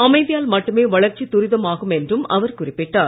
அமைதியால் மட்டுமே வளர்ச்சி துரிதம் ஆகும் என்றும் அவர் குறிப்பிட்டார்